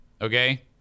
Okay